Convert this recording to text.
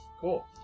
Cool